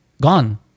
gone